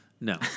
No